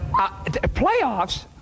Playoffs